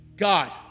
God